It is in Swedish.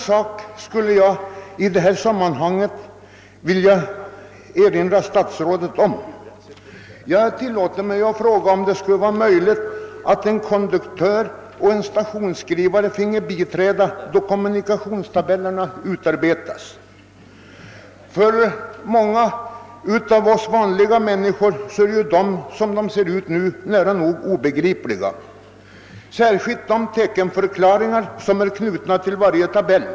Jag vill i detta sammanhang också fråga om det inte vore möjligt att låta en konduktör och en stationsskrivare biträda vid utarbetandet av kommunikationstabellerna. Dessa är så som de nu är utformade för många av oss vanliga människor nära nog obegripliga. Detta gäller särskilt de teckenförklaringar som är knutna till varje tabell.